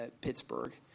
Pittsburgh